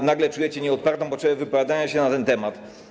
a nagle czujecie nieodpartą potrzebę wypowiadania się na ten temat.